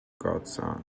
godson